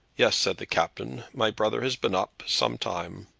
yes, said the captain my brother has been up some time.